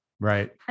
Right